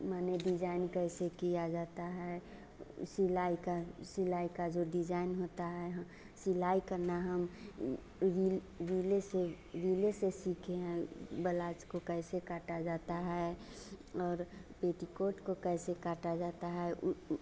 माने डिजाइन कैसे किया जाता है सिलाई का सिलाई का जो डिजाइन होता है हाँ सिलाई करना हम रील रीलों से रीलों से सीखे हैं बलाउज को कैसे काटा जाता है और पेटीकोट को कैसे काटा जाता है उ उ